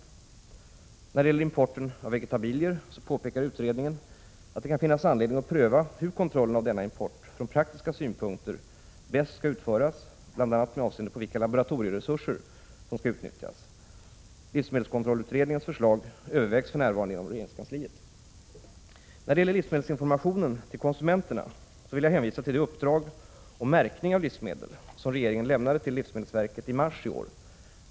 Beträffande importen av vegetabilier påpekar utredningen att det kan finnas anledning att pröva hur kontrollen av denna import från praktiska synpunkter bäst skall utföras, bl.a. med avseende på vilka laboratorieresurser som skall utnyttjas. Livsmedelskontrollutredningens förslag övervägs för närvarande inom regeringskansliet. När det gäller livsmedelsinformationen till konsumenterna vill jag hänvisa till det uppdrag om märkning av livsmedel som regeringen lämnade till livsmedelsverket i mars i år.